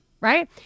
Right